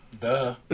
Duh